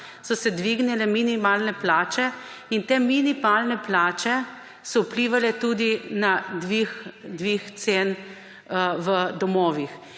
so se dvignile minimalne plače in te minimalne plače so vplivale tudi na dvig cen v domovih.